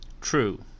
True